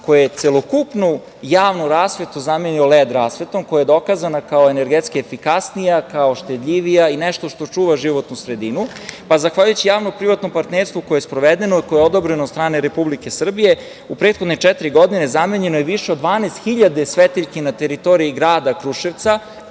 koji je celokupnu javnu rasvetu zamenio led rasvetom, koja je dokazana kao energetski efikasnija, kao štedljivija i nešto što čuva životnu sredinu, pa zahvaljujući javnom privatnom partnerstvu koje je sprovedeno, koje je odobreno od stane Republike Srbije, u prethodne četiri godina zamenjeno je više od 12.000 svetiljki na teritoriji grada Kruševca,